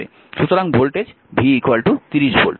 সুতরাং voltage v 30 volt